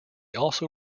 also